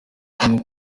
kunywa